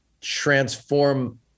transform